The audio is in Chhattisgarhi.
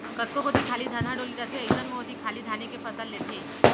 कतको कोती खाली धनहा डोली रथे अइसन म ओती खाली धाने के फसल लेथें